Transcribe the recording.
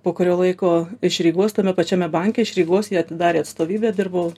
po kurio laiko iš rygos tame pačiame banke iš rygos jie atidarė atstovybę dirbau